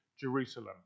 Jerusalem